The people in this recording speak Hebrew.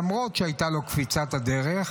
למרות שהייתה לו קפיצת הדרך,